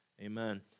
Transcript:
amen